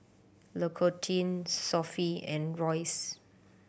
L'Occitane Sofy and Royce